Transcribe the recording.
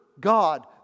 God